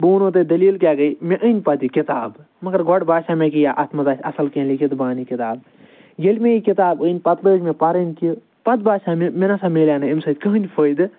بہٕ وَنو تۄہہِ دلیٖل کیاہ گے مےٚ أنۍ پَتہٕ یہِ کِتاب مگر گۄدٕ باسیٚو مےٚ یہِ اتھ مَنٛز آسہِ اصل کینٛہہ لیٚکھِتھ بہٕ اَنہٕ یہِ کِتاب ییٚلہِ مےٚ یہِ کِتاب أنۍ پَتہٕ لٲج مےٚ پَرٕنۍ کہ پَتہٕ باسیاو مےٚ مےٚ نَسا میلے نہٕ امہ سۭتۍ کٕہٕنۍ فٲیدٕ